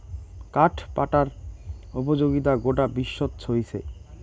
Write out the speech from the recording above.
কাঠ পাটার উপযোগিতা গোটা বিশ্বত ছরিচে